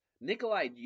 Nikolai